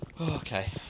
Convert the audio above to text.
Okay